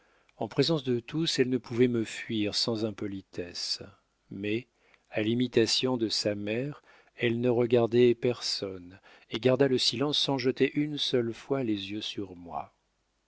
en présence de tous elle ne pouvait me fuir sans impolitesse mais à l'imitation de sa mère elle ne regardait personne et garda le silence sans jeter une seule fois les yeux sur moi